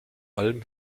alm